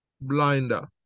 blinder